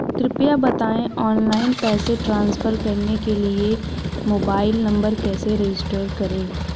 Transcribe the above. कृपया बताएं ऑनलाइन पैसे ट्रांसफर करने के लिए मोबाइल नंबर कैसे रजिस्टर करें?